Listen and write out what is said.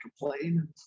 complain